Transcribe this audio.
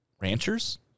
ranchers